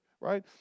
right